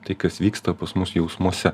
tai kas vyksta pas mus jausmuose